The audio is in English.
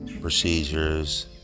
procedures